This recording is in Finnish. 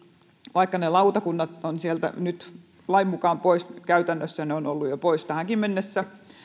vaikka ne lautakunnat ovat sieltä nyt lain mukaan pois käytännössä ne ovat jo olleet pois tähänkin mennessä